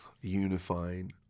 unifying